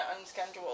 unscheduled